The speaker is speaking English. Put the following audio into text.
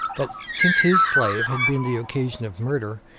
that since his slave had been the occasion of murder,